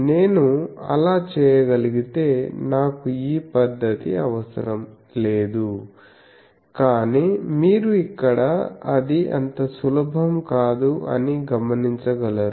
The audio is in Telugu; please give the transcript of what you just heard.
నేను అలా చేయగలిగితే నాకు ఈ పద్ధతి అవసరం లేదు కానీ మీరు ఇక్కడ అది అంత సులభం కాదు అని గమనించగలరు